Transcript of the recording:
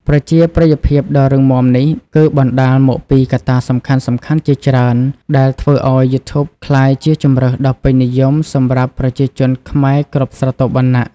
ប្រជាប្រិយភាពដ៏រឹងមាំនេះ គឺបណ្ដាលមកពីកត្តាសំខាន់ៗជាច្រើនដែលធ្វើឱ្យយូធូបក្លាយជាជម្រើសដ៏ពេញនិយមសម្រាប់ប្រជាជនខ្មែរគ្រប់ស្រទាប់វណ្ណៈ។